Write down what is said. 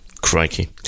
Crikey